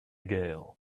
gale